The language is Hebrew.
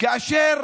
כאשר